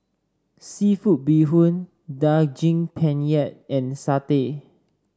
seafood Bee Hoon Daging Penyet and satay